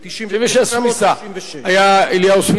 ב-1996, סויסה.